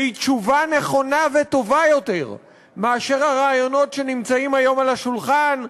והיא תשובה נכונה וטובה יותר מאשר הרעיונות שנמצאים היום על השולחן,